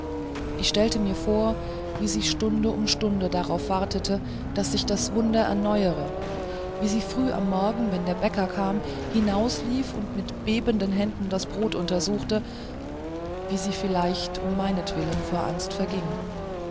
ich stellte mir vor wie sie stunde um stunde darauf wartete daß sich das wunder erneuere wie sie früh am morgen wenn der bäcker kam hinauslief und mit bebenden händen das brot untersuchte wie sie vielleicht um meinetwillen vor angst verging